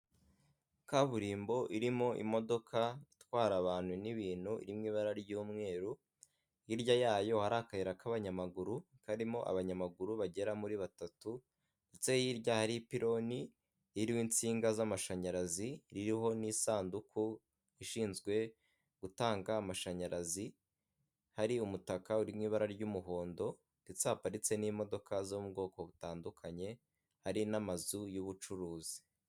Kaburimbo irimo imodoka itwara abantu n'ibintu, iri mu ibara ry'umweru, hirya yayo hari akayira k'abanyamaguru karimo abanyamaguru bagera muri batatu ndetse hirya hari ipironi iriho insinga z'amashanyarazi iriho n'isanduku ishinzwe gutanga amashanyarazi, hari umutaka uri mu ibara ry'umuhondo ndetse haparitse n'imodoka zo mu bwoko butandukanye, hari n'amazu y'ubucuruzi.